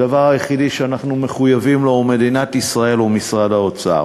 הדבר היחיד שאנחנו מחויבים לו הוא מדינת ישראל ומשרד האוצר,